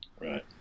right